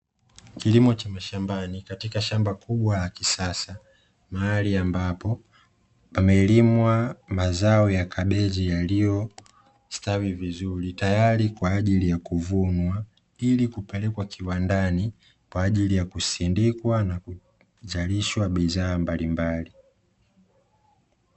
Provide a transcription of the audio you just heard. Kilimo cha mashambani katika shamba kubwa la kisasa, mahali ambapo pamelimwa mazao ya kabichi yaliyostawi vizuri, tayari kwa ajili ya kuvunwa ili kupelekwa kiwandani, kwa ajili ya kusindikwa na kuzalishwa bidhaa mbalimbali.